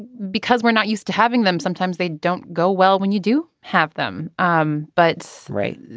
because we're not used to having them sometimes they don't go well when you do have them um but. right.